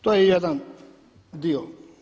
To je jedan dio.